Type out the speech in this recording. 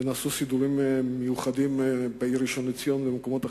ונעשו סידורים מיוחדים בעיר ראשון-לציון ובמקומות אחרים.